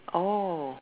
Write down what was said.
oh